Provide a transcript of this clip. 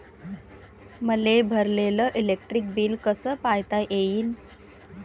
मले भरलेल electric bill कस पायता येईन?